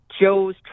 joe's